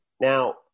Now